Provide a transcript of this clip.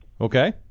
Okay